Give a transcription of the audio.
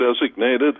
designated